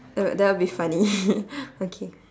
it'll that will be funny okay